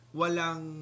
walang